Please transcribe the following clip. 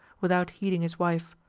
without heeding his wife.